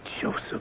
Joseph